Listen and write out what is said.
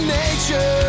nature